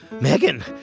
Megan